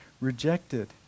rejected